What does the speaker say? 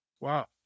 wow